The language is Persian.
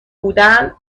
بودن